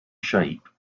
shape